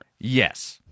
Yes